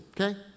okay